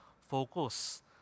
Focus